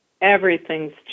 everything's